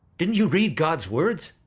didn't you read god's words?